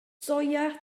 soia